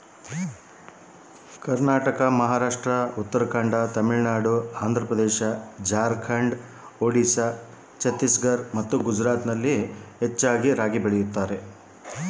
ಭಾರತದಲ್ಲಿ ಬಹಳ ಹೆಚ್ಚು ರಾಗಿ ಬೆಳೆಯೋ ಸ್ಥಳ ಯಾವುದು?